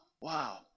wow